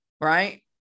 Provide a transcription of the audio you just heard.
right